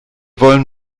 wollen